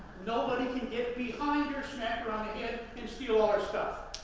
nobody can get behind her, smack her on the head, and steal all her stuff.